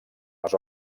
les